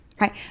right